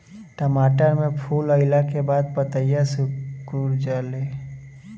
टमाटर में फूल अईला के बाद पतईया सुकुर जाले?